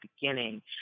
beginning